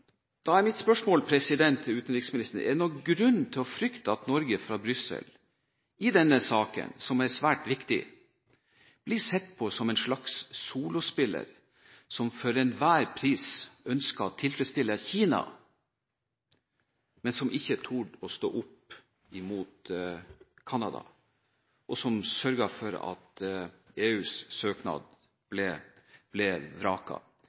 Da er mitt spørsmål til utenriksministeren: Er det noen grunn til å frykte at man i Brussel – i denne saken som er svært viktig – ser på Norge som en slags solospiller som for enhver pris ønsker å tilfredsstille Kina, men som ikke torde å stå opp imot Canada, og som sørget for at EUs søknad ble